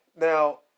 Now